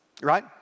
right